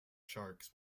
sharks